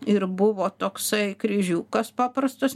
ir buvo toksai kryžiukas paprastus